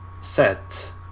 set